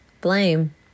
Blame